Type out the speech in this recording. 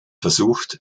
versucht